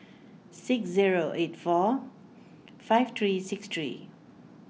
six zero eight four five three six three